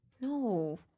No